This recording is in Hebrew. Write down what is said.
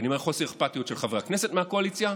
ואני אומר חוסר אכפתיות של חברי הכנסת מהקואליציה,